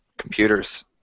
computers